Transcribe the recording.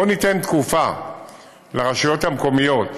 בואו ניתן תקופה לרשויות המקומיות,